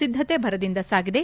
ಸಿದ್ದತೆ ಭರದಿಂದ ಸಾಗಿದೆ